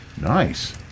Nice